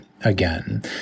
again